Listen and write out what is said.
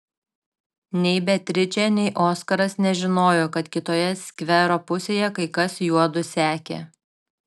nei beatričė nei oskaras nežinojo kad kitoje skvero pusėje kai kas juodu sekė